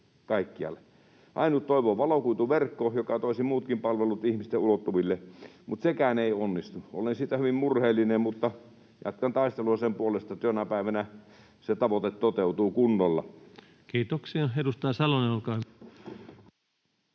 Ainut toivo on valokuituverkko, joka toisi muutkin palvelut ihmisten ulottuville, mutta sekään ei onnistu. Olen siitä hyvin murheellinen, mutta jatkan taistelua sen puolesta, että jonain päivänä se tavoite toteutuu kunnolla. [Speech 136] Speaker: Antti Rinne